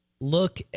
look